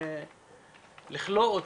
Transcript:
לכלוא אותו,